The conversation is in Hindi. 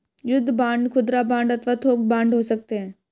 युद्ध बांड खुदरा बांड अथवा थोक बांड हो सकते हैं